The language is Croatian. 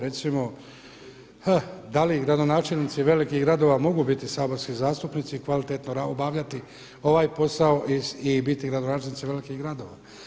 Recimo, da li gradonačelnici velikih gradova mogu biti saborski zastupnici i kvalitetno obavljati ovaj posao i biti gradonačelnici velikih gradova.